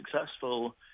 successful